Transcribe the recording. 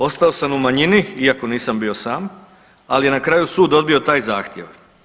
Ostao sam u manjini iako nisam bio sam, ali je na kraju sud odbio taj zahtjev.